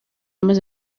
umaze